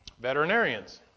veterinarians